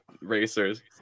racers